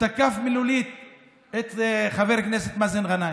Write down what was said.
תקף מילולית את חבר כנסת מאזן גנאים.